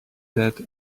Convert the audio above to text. that